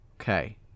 Okay